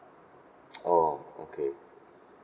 oh okay